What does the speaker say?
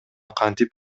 кантип